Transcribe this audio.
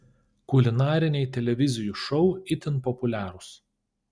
kulinariniai televizijų šou itin populiarūs